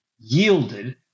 yielded